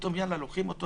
פתאום לוקחים אותו